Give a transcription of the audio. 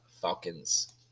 Falcons